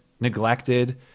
neglected